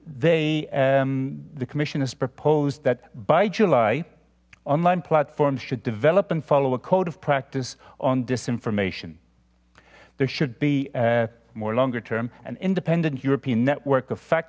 they the commissioners proposed that by july online platforms should develop and follow a code of practice on disinformation there should be more longer term an independent european network of fact